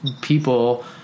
people